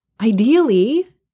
ideally